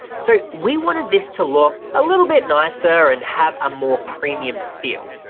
so we wanted this to look a little bit nicer and have a more premium feel.